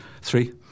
Three